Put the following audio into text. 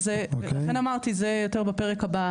לכן אמרתי, זה יותר בפרק הבא.